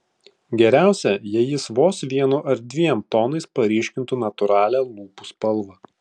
geriausia jei jis vos vienu ar dviem tonais paryškintų natūralią lūpų spalvą